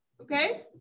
okay